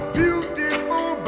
beautiful